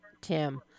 Tim